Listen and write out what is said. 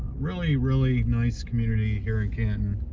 really, really nice community here in canton.